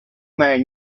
man